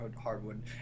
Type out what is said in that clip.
hardwood